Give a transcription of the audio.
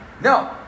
No